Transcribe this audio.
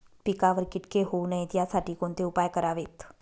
पिकावर किटके होऊ नयेत यासाठी कोणते उपाय करावेत?